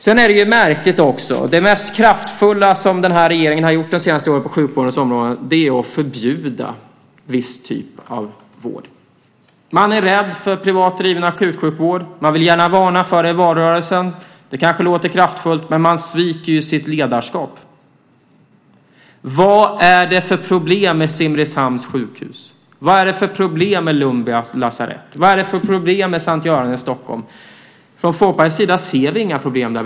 Det är också märkligt att det mest kraftfulla som regeringen har gjort de senaste åren på sjukvårdens område är att förbjuda viss typ av vård. Man är rädd för privat driven akutsjukvård. Man vill gärna varna för det i valrörelsen. Det kanske låter kraftfullt. Men man sviker sitt ledarskap. Vad är det för problem med Simrishamns sjukhus? Vad är det för problem med Lundby lasarett? Vad är det för problem med Sankt Göran i Stockholm? Från Folkpartiets sida ser vi inga problem där.